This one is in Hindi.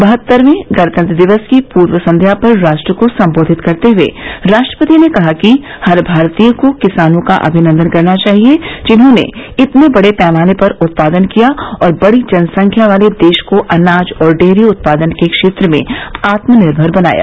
बहत्तरवें गणतंत्र दिवस की पूर्व संध्या पर राष्ट्र को सम्बोधित करते हुए राष्ट्रपति ने कहा कि हर भारतीय को किसानों का अभिनन्दन करना चाहिए जिन्होंने इतने बड़े पैमाने पर उत्पादन किया और बड़ी जनसंख्या वाले देश को अनाज और डेयरी उत्पादन के क्षेत्र में आत्मनिर्भर बनाया